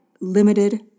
limited